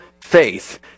faith